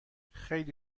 خیلی